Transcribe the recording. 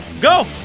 go